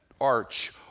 arch